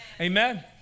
Amen